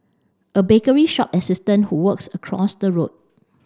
a bakery shop assistant who works across the road